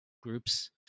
groups